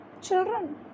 children